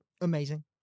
amazing